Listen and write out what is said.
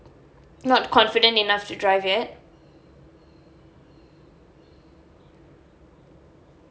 not confident enough to drive yet